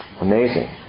Amazing